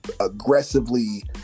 aggressively